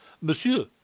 Monsieur